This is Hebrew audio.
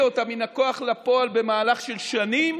אותה מן הכוח לפועל במהלך של שנים